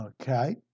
Okay